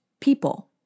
People